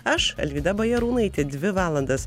aš alvyda bajarūnaitė dvi valandas